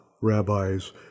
rabbis